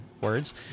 words